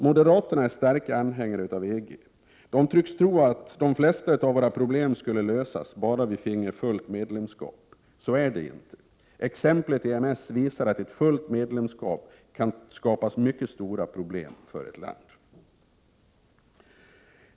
Moderaterna är starka anhängare av EG. De tycks tro att de flesta av våra problem skulle lösas om vi bara finge fullt medlemskap. Så är det inte. Exemplet EMS visar att ett fullt medlemskap kan skapa mycket stora problem för ett land.